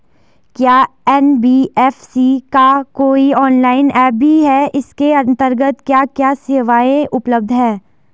क्या एन.बी.एफ.सी का कोई ऑनलाइन ऐप भी है इसके अन्तर्गत क्या क्या सेवाएँ उपलब्ध हैं?